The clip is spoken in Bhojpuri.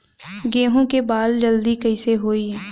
गेहूँ के बाल जल्दी कईसे होई?